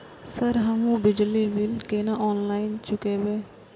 Sir हमू बिजली bill केना ऑनलाईन चुकेबे?